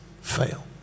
fail